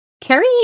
Carrie